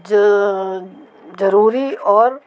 जो ज़रूरी और